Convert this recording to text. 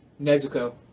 Nezuko